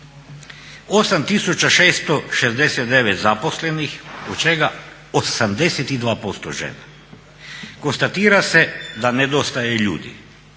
8669 zaposlenih, od čega 82% žena. Konstatira se da nedostaje ljudi,